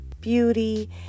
beauty